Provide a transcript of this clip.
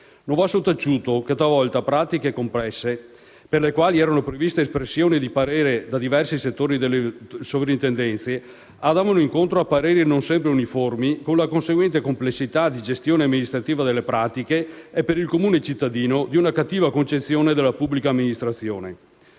Non va sottaciuto che talvolta pratiche complesse per le quali era prevista l'espressione di un parere di diversi settori delle Sovrintendenze, andavano incontro a pareri non sempre uniformi con la conseguente complessità di gestione amministrativa delle pratiche e, per il comune cittadino, di una cattiva concezione della pubblica amministrazione.